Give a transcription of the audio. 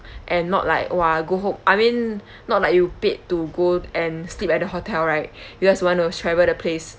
and not like !wah! go home I mean not like you paid to go and sleep at the hotel right you guys want to travel the place